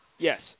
Yes